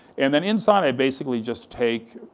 and then inside i basically just take